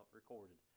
recorded